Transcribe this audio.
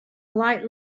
light